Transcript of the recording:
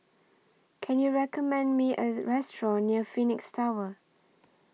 Can YOU recommend Me A Restaurant near Phoenix Tower